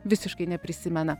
visiškai neprisimena